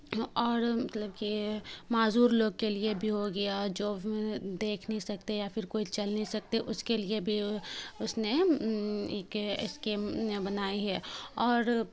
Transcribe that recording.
اور مطلب کہ معذور لوگ کے لیے بھی ہو گیا جو دیکھ نہیں سکتے یا فر کوئی چل نہیں سکتے اس کے لیے بھی اس نے ایک اسکیم بنائی ہے اور